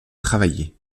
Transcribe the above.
travailler